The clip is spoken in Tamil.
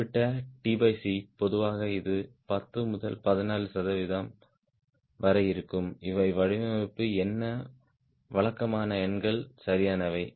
குறிப்பிட்ட பொதுவாக இது 10 முதல் 14 சதவிகிதம் வரை இருக்கும் இவை வடிவமைப்பு எண் வழக்கமான எண்கள் சரியானவை